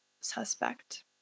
suspect